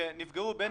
שנפגעו בין